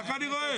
כך אני רואה.